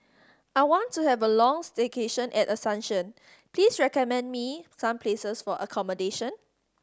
I want to have a long stay in Asuncion please recommend me some places for accommodation